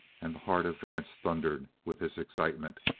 and the heart of vance thundered with his excitement.